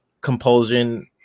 compulsion